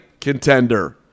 Contender